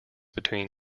between